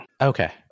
Okay